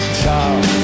talk